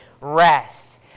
rest